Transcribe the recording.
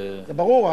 ברור.